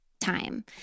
time